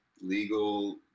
legal